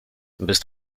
bist